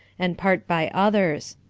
and part by others.